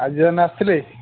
ଆଜି ଯେଉଁମାନେ ଆସିଥିଲେ